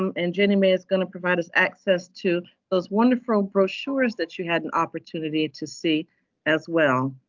um and jenny may is gonna provide us access to those wonderful brochures that you had an opportunity to see as well.